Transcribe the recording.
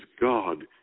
God